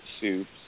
soups